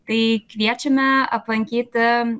tai kviečiame aplankyti